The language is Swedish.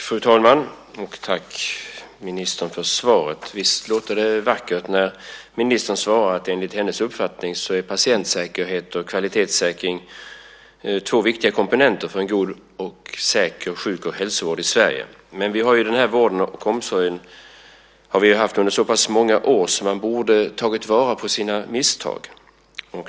Fru talman! Tack, ministern för svaret! Visst låter det vackert när ministern svarar att enligt hennes uppfattning är patientsäkerhet och kvalitetssäkring två viktiga komponenter för en god och säker sjuk och hälsovård i Sverige. Men vi har ju haft den här vården och omsorgen under så pass många år, så man borde ha lärt av sina misstag.